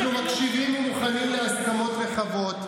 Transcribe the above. אנחנו מקשיבים ומוכנים להסכמות רחבות,